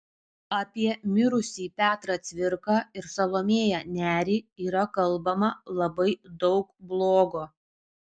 apie mirusį petrą cvirką ir salomėją nerį yra kalbama labai daug blogo